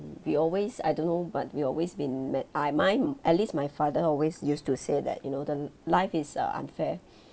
we always I don't know but we always been mad~ uh mine at least my father always used to say that you know the life is uh unfair